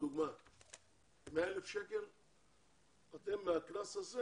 100,00 שקלים, מהקנס הזה